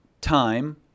time